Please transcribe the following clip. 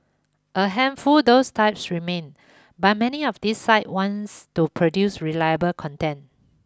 a handful those types remain but many of these sites wants to produce reliable content